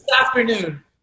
afternoon